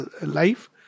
life